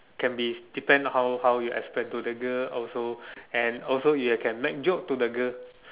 can be depend how how you explain to the girl also and also you can make joke to the girl